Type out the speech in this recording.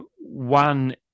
one